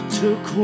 took